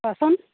ক'চোন